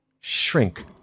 shrink